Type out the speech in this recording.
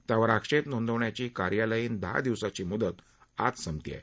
त्यावर आक्षेप नोंदवण्याची कार्यालयीन दहा दिवसाची मुदत आज संपत आहे